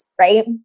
right